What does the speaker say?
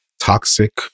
toxic